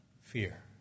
Fear